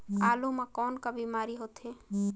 आलू म कौन का बीमारी होथे?